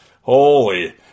Holy